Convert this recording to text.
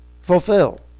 fulfill